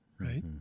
right